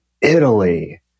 Italy